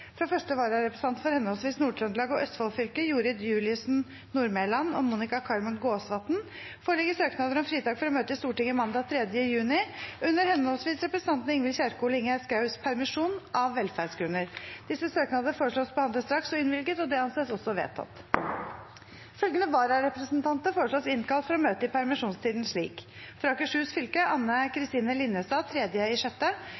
Fra første vararepresentanter for henholdsvis Nord-Trøndelag og Østfold fylke, Jorid Juliussen Nordmelan og Monica Carmen Gåsvatn , foreligger søknader om fritak for å møte i Stortinget mandag 3. juni, under henholdsvis representantene Ingvild Kjerkol og Ingjerd Schous permisjoner, av velferdsgrunner. Etter forslag fra presidenten ble enstemmig besluttet: Søknadene behandles straks og innvilges. Følgende vararepresentanter innkalles for å møte i permisjonstiden: For Akershus fylke: Anne